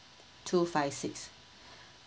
two five six